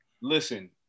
Listen